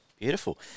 beautiful